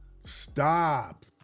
Stop